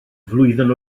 flwyddyn